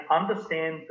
understand